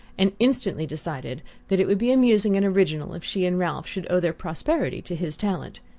and instantly decided that it would be amusing and original if she and ralph should owe their prosperity to his talent.